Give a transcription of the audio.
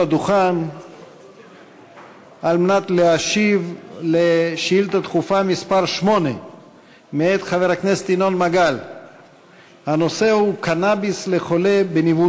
שעה 11:00 תוכן העניינים שאילתות דחופות 4 8. קנאביס לחולה בניוון